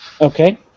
Okay